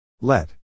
Let